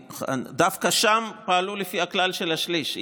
דווקא שם פעלו לפי הכלל של השליש,